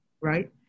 right